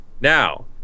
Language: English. Now